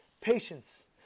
Patience